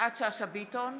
יפעת שאשא ביטון,